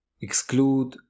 exclude